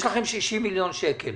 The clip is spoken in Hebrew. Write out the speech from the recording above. יש לכם 60 מיליון שקל